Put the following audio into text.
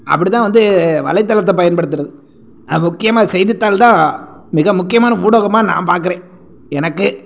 அப்படி தான் வந்து வலைதளத்தை பயன்படுத்துகிறது முக்கியமாக செய்தித்தாள் தான் மிக முக்கியமான ஊடகமாக நான் பார்க்குறேன் எனக்கு